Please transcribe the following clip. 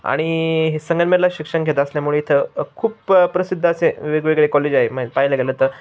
आणि हे संगमनेरला शिक्षण घेत असल्यामुळे इथं खूप प्रसिद्ध असे वेगवेगळे कॉलेज आहे पाहायला गेलं तर